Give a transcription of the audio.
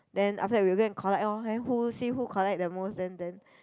then after that we go and collect lor who see who collect the most then then